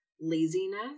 laziness